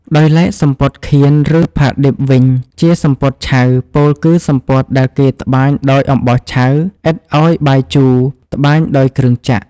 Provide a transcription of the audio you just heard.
ដោយឡែកសំពត់ «ខៀន» ឬ «ផាឌិប» វិញជាសំពត់ឆៅ ពោលគឺសំពត់ដែលគេត្បាញដោយអំបោះឆៅ ឥតឱ្យបាយជូរ (ត្បាញដោយគ្រឿងចក្រ) ។